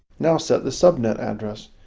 now set the subnet address.